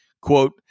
quote